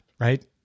Right